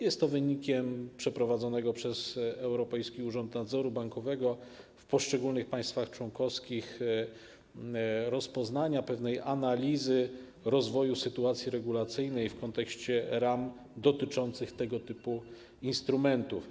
Jest to wynikiem przeprowadzonego przez Europejski Urząd Nadzoru Bankowego w poszczególnych państwach członkowskich rozpoznania, pewnej analizy rozwoju sytuacji regulacyjnej w kontekście ram dotyczących tego typu instrumentów.